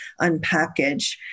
unpackage